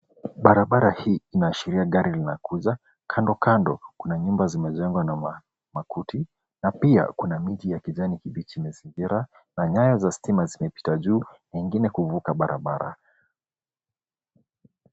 Barabara hii inaashiria gari linakuja, kandokando kuna nyumba zimejengwa na makuti na pia kuna miti ya kijani kibichi imezingira na nyaya za stima zimepita juu na nyingine kuvuka barabara.